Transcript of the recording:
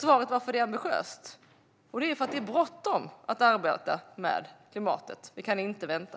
Svaret på varför det är ambitiöst är att det är bråttom att arbeta med klimatet. Vi kan inte vänta.